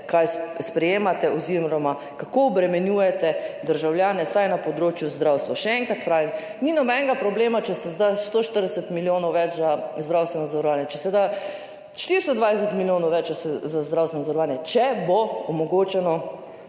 kaj sprejemate oziroma kako obremenjujete državljane, vsaj na področju zdravstva. Še enkrat pravim, ni nobenega problema, če se da 140 milijonov več za zdravstveno zavarovanje, če se da 420 milijonov več za zdravstveno zavarovanje, če bo omogočeno